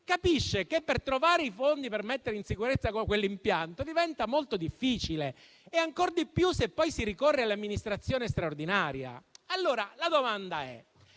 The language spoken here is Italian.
capisce che trovare i fondi per mettere in sicurezza quell'impianto diventa molto difficile e ancor di più se poi si ricorre all'amministrazione straordinaria. La domanda è